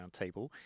Roundtable